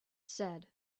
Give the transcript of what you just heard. said